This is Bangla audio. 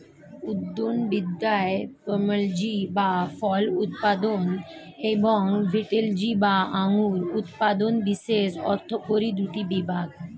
উদ্যানবিদ্যায় পোমোলজি বা ফল উৎপাদন এবং ভিটিলজি বা আঙুর উৎপাদন বিশেষ অর্থকরী দুটি বিভাগ